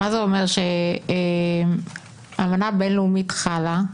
מה זה אומר שאמנה בין-לאומית חלה?